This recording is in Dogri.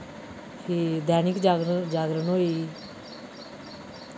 फ्ही दैनिक जागरण जागरण होई